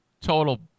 total